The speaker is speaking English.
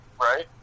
Right